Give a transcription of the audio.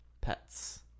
pets